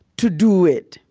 to do it,